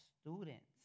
students